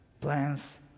plans